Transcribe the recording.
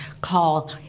Call